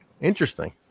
Interesting